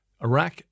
Iraq